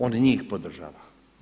On njih podržava.